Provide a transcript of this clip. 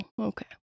okay